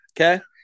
okay